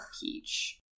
Peach